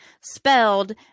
spelled